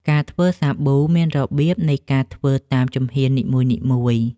ការធ្វើសាប៊ូ មានរបៀបនៃការធ្វើតាមជំហាននីមួយៗ។